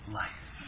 life